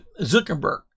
Zuckerberg